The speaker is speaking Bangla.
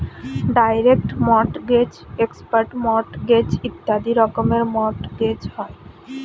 ডাইরেক্ট মর্টগেজ, এক্সপার্ট মর্টগেজ ইত্যাদি রকমের মর্টগেজ হয়